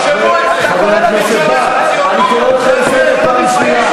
חבר הכנסת בר, אני קורא אותך לסדר פעם שנייה.